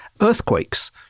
earthquakes